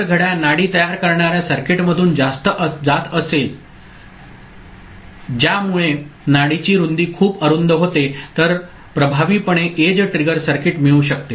जर घड्याळ नाडी तयार करणार्या सर्किटमधून जात असेल ज्यामुळे नाडीची रुंदी खूप अरुंद होते तर प्रभावीपणे एज ट्रिगर सर्किट मिळू शकते